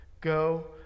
go